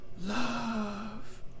Love